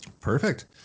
perfect